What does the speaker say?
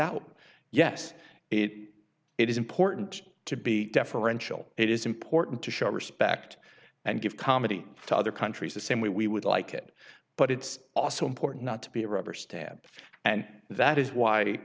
out yes it is important to be deferential it is important to show respect and give comedy to other countries the same way we would like it but it's also important not to be a rubber stamp and that is why